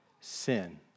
sin